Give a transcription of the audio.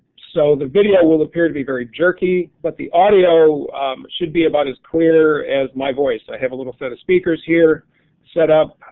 so the video appear to be very jerky but the audio should be about as clear as my voice, i have a little set of speakers here set up,